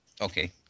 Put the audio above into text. Okay